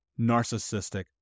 narcissistic